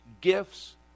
gifts